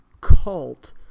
cult –